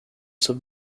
sub